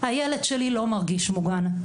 הילד שלי לא מרגיש מוגן.